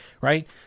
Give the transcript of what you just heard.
right